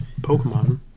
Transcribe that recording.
pokemon